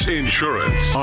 insurance